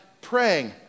praying